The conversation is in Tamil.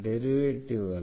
டெரிவேட்டிவ் அல்ல